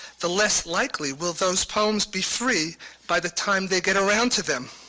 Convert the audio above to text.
the less likely will those poems be free by the time they get around to them.